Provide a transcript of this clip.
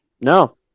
No